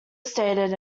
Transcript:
stated